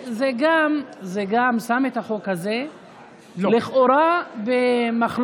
זה גם שם את החוק הזה לכאורה במחלוקת,